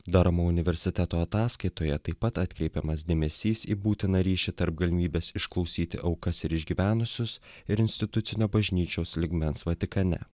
daramo universiteto ataskaitoje taip pat atkreipiamas dėmesys į būtiną ryšį tarp galimybės išklausyti aukas ir išgyvenusius ir institucinio bažnyčios lygmens vatikane